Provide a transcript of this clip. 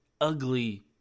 ugly